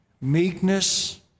meekness